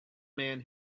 man